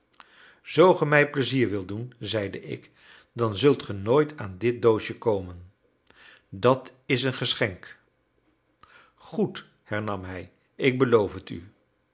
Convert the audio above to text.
ge mij plezier wilt doen zeide ik dan zult ge nooit aan dit doosje komen dat is een geschenk goed hernam hij ik beloof het u